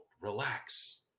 relax